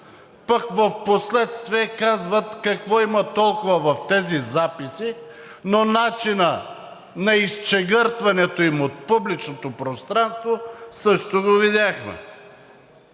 пък впоследствие казват: какво толкова има в тези записи, но начинът на изчегъртването им от публичното пространство също го видяхме.